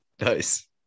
Nice